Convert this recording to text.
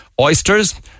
oysters